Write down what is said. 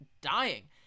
dying